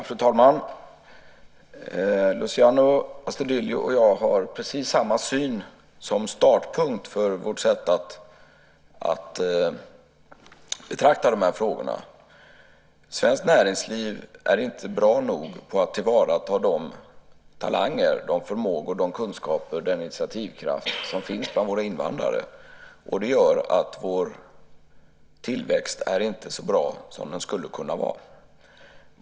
Fru talman! Luciano Astudillo och jag har precis samma syn som startpunkt för vårt sätt att betrakta frågorna. Svenskt näringsliv är inte bra nog på att tillvarata de talanger, förmågor, kunskaper och den initiativkraft som finns bland våra invandrare. Det gör att vår tillväxt inte är så bra som den skulle kunna vara.